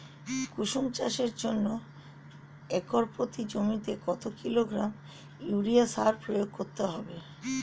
কুসুম চাষের জন্য একর প্রতি জমিতে কত কিলোগ্রাম ইউরিয়া সার প্রয়োগ করতে হবে?